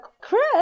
Chris